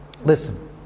Listen